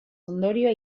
ondorioa